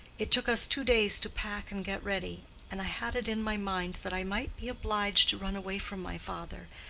it took us two days to pack and get ready and i had it in my mind that i might be obliged to run away from my father,